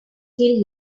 till